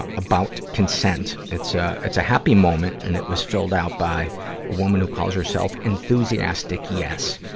ah about consent. it's a, it's a happy moment, and it was filled out by a woman who calls herself enthusiastic yes.